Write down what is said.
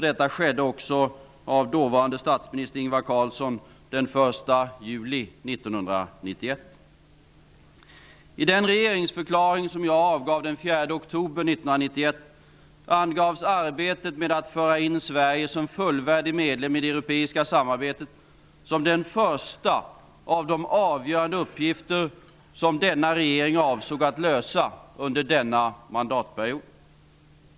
Detta gjordes också av dåvarande statsminister Ingvar Carlsson den 1 juli 1991. I den regeringsförklaring som jag avgav den 4 oktober 1991 angavs arbetet med att föra in Sverige som fullvärdig medlem i det europeiska samarbetet som den första av de avgörande uppgifter som denna regering avsåg att lösa under denna mandatperiod.